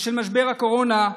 בשל משבר הקורונה,